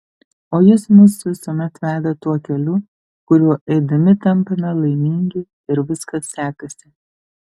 o jis mus visuomet veda tuo keliu kuriuo eidami tampame laimingi ir viskas sekasi